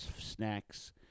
snacks